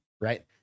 right